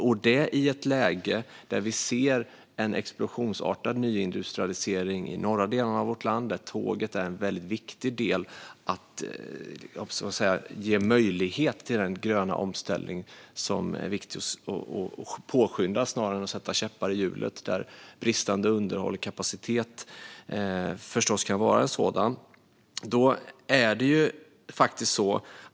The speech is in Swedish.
Det sker i ett läge då vi ser en explosionsartad nyindustrialisering i de norra delarna av vårt land, där tåget är en väldigt viktig del för att ge möjlighet till den gröna omställning som är viktig att påskynda snarare än att sätta käppar i hjulet för, vilket bristande underhåll och kapacitet kan leda till.